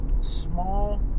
small